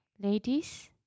ladies